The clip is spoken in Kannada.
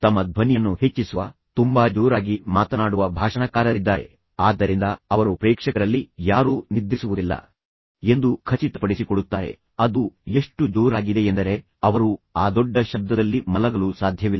ತಮ್ಮ ಧ್ವನಿಯನ್ನು ಹೆಚ್ಚಿಸುವ ತುಂಬಾ ಜೋರಾಗಿ ಮಾತನಾಡುವ ಭಾಷಣಕಾರರಿದ್ದಾರೆ ಆದ್ದರಿಂದ ಅವರು ಪ್ರೇಕ್ಷಕರಲ್ಲಿ ಯಾರೂ ನಿದ್ರಿಸುವುದಿಲ್ಲ ಎಂದು ಖಚಿತಪಡಿಸಿಕೊಳ್ಳುತ್ತಾರೆ ಅದು ಎಷ್ಟು ಜೋರಾಗಿದೆಯೆಂದರೆ ಅವರು ಆ ದೊಡ್ಡ ಶಬ್ದದಲ್ಲಿ ಮಲಗಲು ಸಾಧ್ಯವಿಲ್ಲ